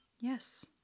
Yes